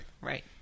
Right